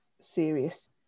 serious